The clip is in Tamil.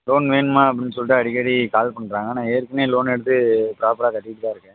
லோன் வேணுமா அப்படின்னு சொல்லிட்டு அடிக்கடி கால் பண்ணுறாங்க நான் ஏற்கனவே லோன் எடுத்து ப்ராப்பராக கட்டிக்கிட்டு தான் இருக்கேன்